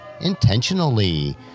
intentionally